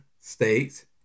states